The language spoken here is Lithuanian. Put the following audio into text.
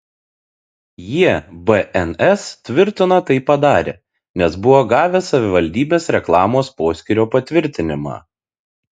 jie bns tvirtino tai padarę nes buvo gavę savivaldybės reklamos poskyrio patvirtinimą